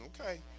Okay